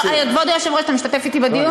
לא, כבוד היושב-ראש, אתה משתתף אתי בדיון?